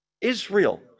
Israel